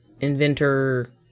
inventor